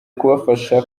kubafasha